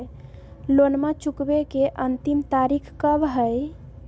लोनमा चुकबे के अंतिम तारीख कब हय?